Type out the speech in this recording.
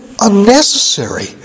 unnecessary